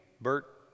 Bert